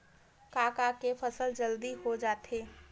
का का के फसल जल्दी हो जाथे?